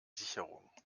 sicherung